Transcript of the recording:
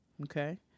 Okay